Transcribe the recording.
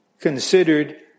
considered